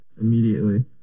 immediately